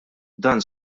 dan